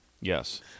Yes